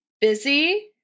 busy